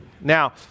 Now